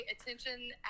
attention